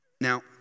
Now